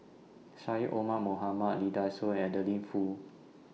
Syed Omar Mohamed Lee Dai Soh and Adeline Foo